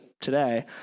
today